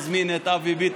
ותחזיר אותם למחסנים שמהם הבאת